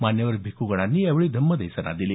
मान्यवर भिक्खुगणांनी यावेळी धम्मदेसना दिली